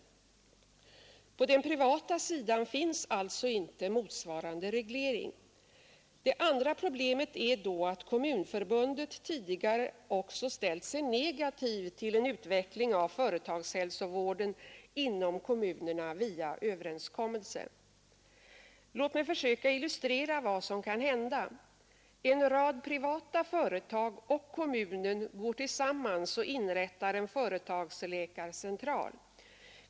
På den privata sidan finns alltså inte motsvarande reglering. Det andra problemet är då att Kommunförbundet lt sig negativt till en utveckling av företagshälsovården tidigare också stå inom kommunerna via överenskommelser Låt mig försöka illustrera vad som kan hända. En rad privata företag och kommunen går tillsammans och inrättar en företagsläkarcentral.